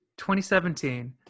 2017